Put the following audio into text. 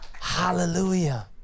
hallelujah